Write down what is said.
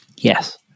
Yes